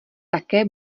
také